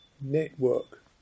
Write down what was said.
network